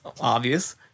obvious